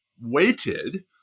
weighted